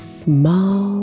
small